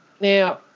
Now